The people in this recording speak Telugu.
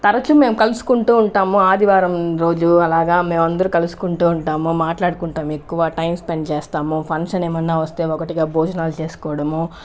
తరచు మేము కలుసుకుంటూ ఉంటాము ఆదివారం రోజు అలాగా మేము అందరూ కలుసుకుంటూ ఉంటాము మాట్లాడుకుంటాం ఎక్కువ టైం స్పెండ్ చేస్తాము ఫంక్షన్ ఏమన్నా వస్తే ఒకటిగా భోజనాలు చేసుకోవడము